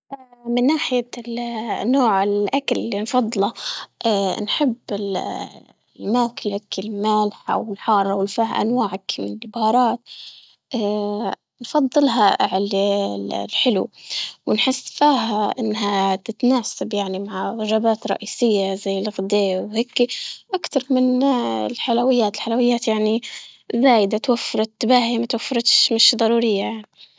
اه من ناحية نوع الأكل نفضله اه نحب الماكلة المالحة والحارة أنواع البهارات، اه أفضلها الحلو، ونحس فيها انها تتناسب يعني مع وجبات رئيسية زي لفظ وهيك أكتر من الحلويات، الحلويات يعني زايدة توفرك تباهي ما توفرتش مش ضرورية يعني.